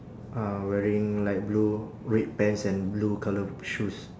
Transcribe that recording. uh wearing light blue red pants and blue colour shoes